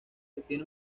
obtiene